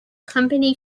company